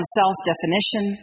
self-definition